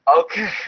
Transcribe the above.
Okay